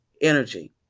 energy